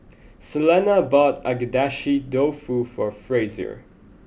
Selena bought Agedashi Dofu for Frazier